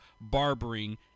barbering